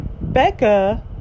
Becca